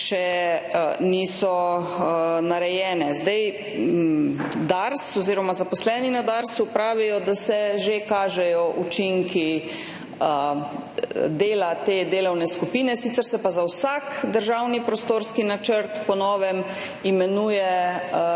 niso narejene. Zaposleni na Darsu pravijo, da se že kažejo učinki dela te delovne skupine. Sicer se pa za vsak državni prostorski načrt po novem imenuje delovna